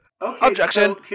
objection